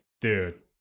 dude